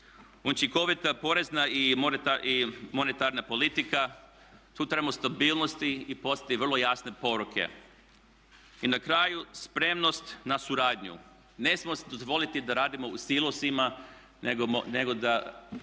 Učinkovita porezna i monetarna politika tu trebamo stabilnosti i poslati vrlo jasne poruke. I na kraju spremnost na suradnju. Ne smijemo si dozvoliti da radimo u silosima nego da